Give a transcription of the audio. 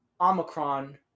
Omicron